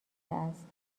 است